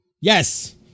Yes